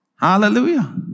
Hallelujah